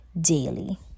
daily